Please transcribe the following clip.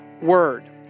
word